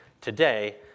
today